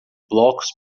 blocos